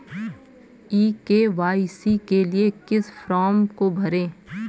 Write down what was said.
ई KYC के लिए किस फ्रॉम को भरें?